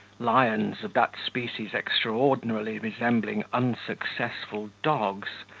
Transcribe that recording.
lions of that species extraordinarily resembling unsuccessful dogs,